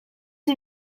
een